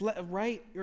Right